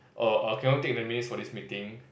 or err can you take the minutes for this meeting